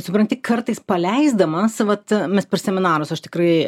supranti kartais paleisdamas vat mes per seminarus aš tikrai